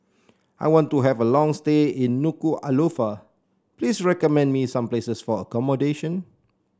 I want to have a long stay in Nuku'alofa please recommend me some places for accommodation